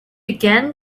again